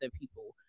people